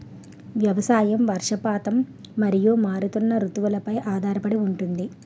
వ్యవసాయం వర్షపాతం మరియు మారుతున్న రుతువులపై ఆధారపడి ఉంటుంది